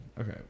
Okay